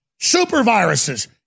Superviruses